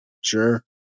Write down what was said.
Sure